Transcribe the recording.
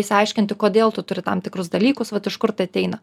išsiaiškinti kodėl tu turi tam tikrus dalykus vat iš kurt ateina